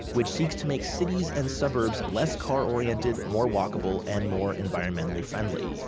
which seeks to make cities and suburbs less car-oriented, more walkable, and more environmentally friendly.